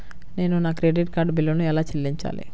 నేను నా credit card బిల్లును ఎలా చెల్లించాలీ?